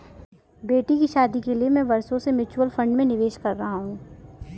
बेटी की शादी के लिए मैं बरसों से म्यूचुअल फंड में निवेश कर रहा हूं